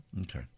Okay